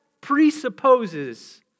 presupposes